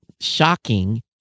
shocking